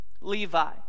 Levi